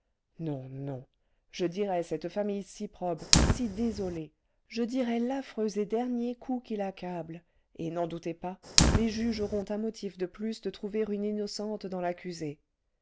non non je dirai cette famille si probe si désolée je dirai l'affreux et dernier coup qui l'accable et n'en doutez pas les juges auront un motif de plus de trouver une innocente dans l'accusée